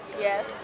Yes